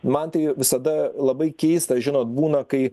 man tai visada labai keista žinot būna kai